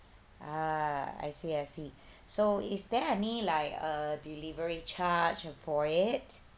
ah I see I see so is there any like a delivery charge for it